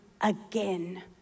again